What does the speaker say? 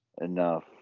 enough